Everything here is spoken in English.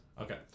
Okay